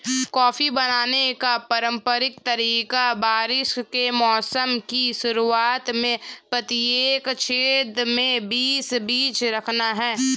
coffee बोने का पारंपरिक तरीका बारिश के मौसम की शुरुआत में प्रत्येक छेद में बीस बीज रखना है